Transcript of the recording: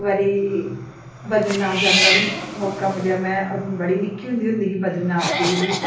इक बारी बद्दरी नाथ जानें दा बी मौका मिलेआ अदूं में बड़ी निक्की होंदी होंदी ही बद्दरी नाथ गेई ही